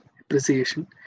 appreciation